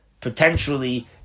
potentially